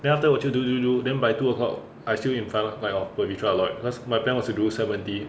then after that 我就 do do do then by two o'clock I still infront kind of pavitra a lot cause my plan was to do seventy